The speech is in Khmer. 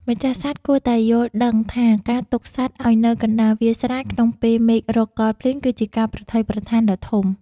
ម្ចាស់សត្វគួរតែយល់ដឹងថាការទុកសត្វឱ្យនៅកណ្តាលវាលស្រែក្នុងពេលមេឃរកកល់ភ្លៀងគឺជាការប្រថុយប្រថានដ៏ធំ។